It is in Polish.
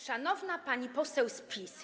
Szanowna Pani Poseł z PiS!